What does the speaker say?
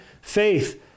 faith